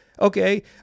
okay